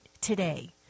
today